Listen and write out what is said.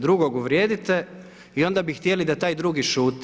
Drugog uvrijedite i onda bi htjeli da taj drugi šuti.